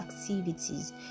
activities